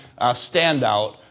standout